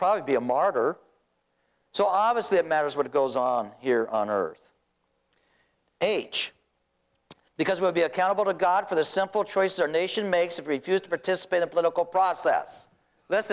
probably be a martyr so obviously it matters what goes on here on earth age because we'll be accountable to god for the simple choice or nation makes it refused to participate in political process